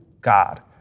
God